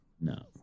No